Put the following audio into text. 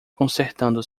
consertando